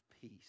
peace